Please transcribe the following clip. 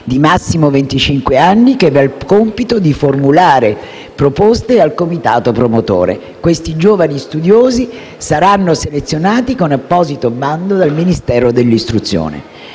di venticinque anni) che avrà il compito di formulare proposte al comitato promotore. Questi giovani studiosi saranno selezionati con apposito bando del Ministero dell'istruzione.